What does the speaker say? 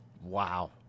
Wow